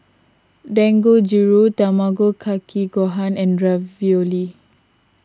Dangojiru Tamago Kake Gohan and Ravioli